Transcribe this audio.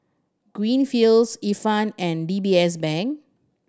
Greenfields Ifan and D B S Bank